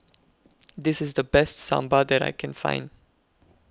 This IS The Best Sambar that I Can Find